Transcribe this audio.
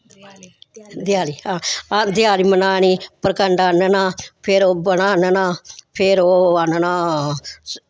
देआली हां देआली मनानी परकंड आह्नना फिर ओह् बनां आह्नना फिर ओह् आह्नना